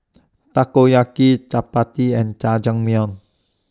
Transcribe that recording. Takoyaki Chapati and Jajangmyeon